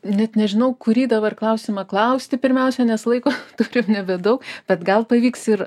net nežinau kurį dabar klausimą klausti pirmiausia nes laiko turim nebedaug bet gal pavyks ir